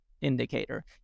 indicator